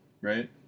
right